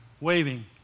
waving